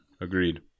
Agreed